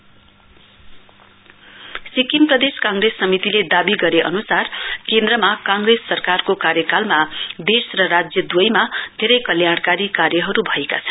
SPCC Sikkim Pradesh Congress समितिले दावी गरे अन्सार केन्द्रमा काँग्रेस सरकारको कार्यकालमा देश र राज्य दुवैमा धेरै कल्याणकारी कार्यहरु भएका छन्